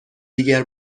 دیگر